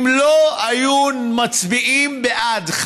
אם לא היו מצביעים בעד,